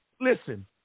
listen